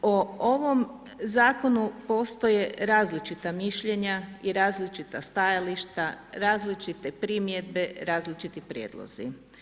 O ovom zakonu postoje različita mišljenja i različita stajališta, različite primjedbe, različiti prijedlozi.